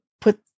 put